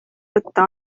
võtta